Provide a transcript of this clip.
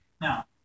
Now